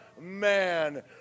man